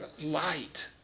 light